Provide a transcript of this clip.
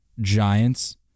Giants